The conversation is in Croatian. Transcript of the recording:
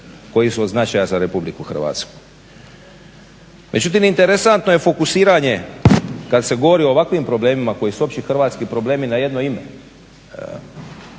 koji su od značaja za RH. Međutim interesantno je fokusiranje kada se govori o ovakvim problemima koji su opći hrvatski problemi na jedno ime.